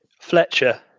Fletcher